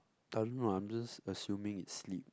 I don't know I'm just assuming it's sleep